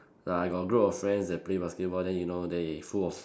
like I got a group of friends that play basketball then you know they full of